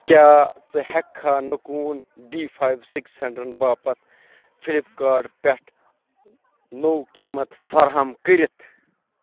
کیٛاہ ژٕ ہٮ۪کہٕ کھا نٔکوٗن ڈی فایِو سِکِس ہٮ۪نٛڈرَنٛڈ باپتھ فِلِپکاٹ پٮ۪ٹھ نوٚو قیٖمَت فراہم کٔرتھ